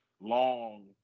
long